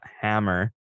hammer